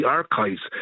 archives